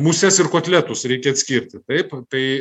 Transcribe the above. muses ir kotletus reikia atskirti taip tai